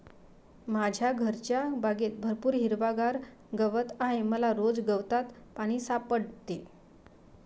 माझ्या घरच्या बागेत भरपूर हिरवागार गवत आहे मला रोज गवतात पाणी सापडते